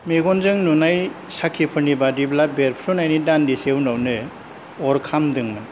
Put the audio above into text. मेगनजों नुनाय साखिफोरनि बादिब्ला बेरफ्रुनायनि दान्दिसे उनावनो अर खामदोंमोन